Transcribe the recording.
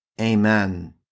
Amen